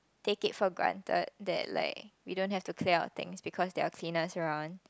take it for granted that like we don't have to clear our things because there are cleaners around